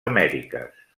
amèriques